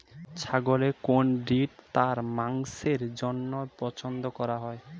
ছাগলের কোন ব্রিড তার মাংসের জন্য পছন্দ করা হয়?